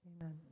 Amen